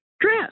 dress